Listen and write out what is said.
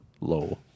low